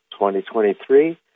2023